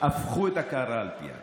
הפכו את הקערה על פיה.